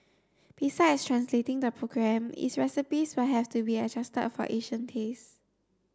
besides translating the program its recipes will have to be adjusted for Asian tastes